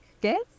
guess